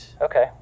okay